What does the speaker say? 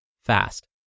fast